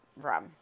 rum